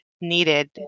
needed